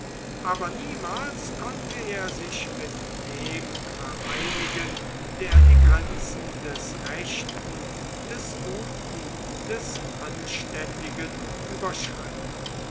aber niemals konnte er sich mit dem vereinigen der die grenzen des rechten des guten des anständigen überschritt